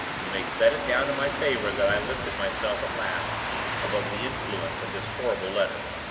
you may set it down in my favor that i lifted myself at last above the influence of this horrible letter.